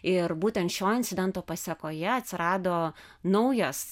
ir būtent šio incidento pasekoje atsirado naujas